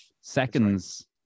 seconds